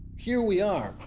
here we are,